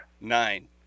Nine